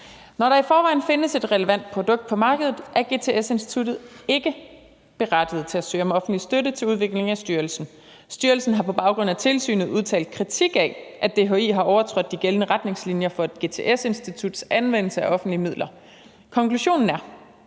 Når der i forvejen findes et relevant produkt på markedet, er GTS-instituttet ikke berettiget til at søge styrelsen om offentlig støtte til udvikling. Styrelsen har på baggrund af tilsynet udtalt kritik af, at DHI har overtrådt de gældende retningslinjer for et GTS-instituts anvendelse af offentlige midler. Konklusionen er,